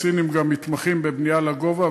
הסינים גם מתמחים בבנייה לגובה,